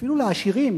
אפילו לעשירים,